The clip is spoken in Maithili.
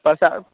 आओर सभ